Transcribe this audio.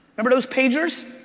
remember those pagers?